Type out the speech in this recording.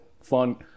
Fun